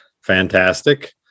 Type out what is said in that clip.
fantastic